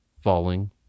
Falling